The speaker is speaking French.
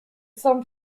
sans